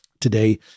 today